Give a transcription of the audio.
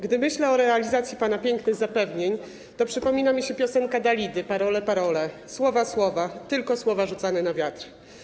Gdy myślę o realizacji pana pięknych zapewnień, to przypomina mi się piosenka Dalidy „Paroles, paroles”, czyli słowa, słowa, tylko słowa rzucane na wiatr.